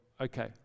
okay